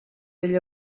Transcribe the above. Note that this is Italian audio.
degli